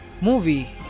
movie